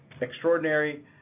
extraordinary